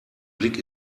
blick